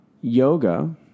Yoga